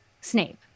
Snape